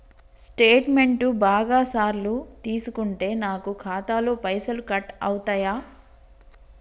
Statement బాగా సార్లు తీసుకుంటే నాకు ఖాతాలో పైసలు కట్ అవుతయా?